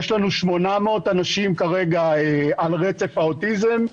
יש לנו 800 אנשים כרגע על רצף האוטיזם,